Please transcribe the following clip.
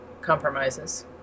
compromises